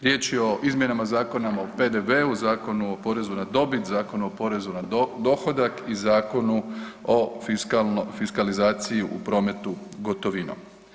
Riječ o izmjenama Zakona o PDV-u, Zakonu o porezu na dobit, Zakonu o porezu na dohodak i Zakonu o fiskalizaciji u prometu gotovinom.